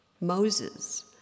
Moses